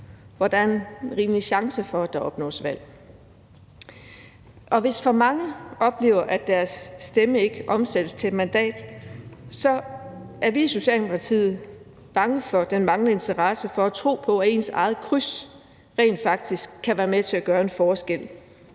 at der er en rimelig chance for, at der opnås valg. Hvis for mange oplever, at deres stemme ikke omsættes til et mandat, er vi Socialdemokratiet bange for, at det medfører en manglende interesse for og tro på, at ens eget kryds rent faktisk kan være med til at gøre en forskel.